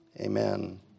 amen